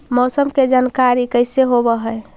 मौसमा के जानकारी कैसे होब है?